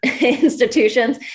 institutions